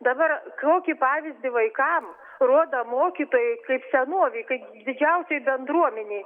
dabar kokį pavyzdį vaikam rodo mokytojai kaip senovėj kai didžiausiai bendruomenei